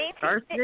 First